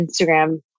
Instagram